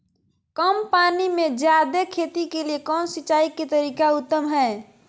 कम पानी में जयादे खेती के लिए कौन सिंचाई के तरीका उत्तम है?